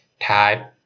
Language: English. type